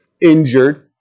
injured